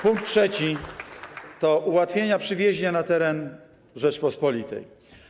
Punkt trzeci to ułatwienia przy wjeździe na teren Rzeczypospolitej.